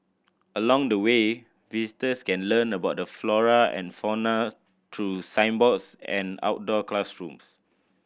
along the way visitors can learn about the flora and fauna through signboards and outdoor classrooms